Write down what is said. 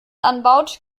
anbaut